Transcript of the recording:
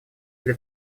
для